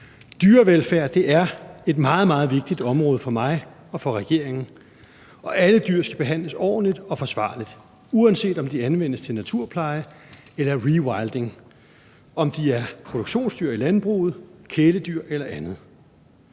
Dyrevelfærd er et meget, meget vigtigt område for mig og for regeringen, og alle dyr skal behandles ordentligt og forsvarligt, uanset om de anvendes til naturpleje eller rewilding, om de er produktionsdyr i landbruget, kæledyr eller andet.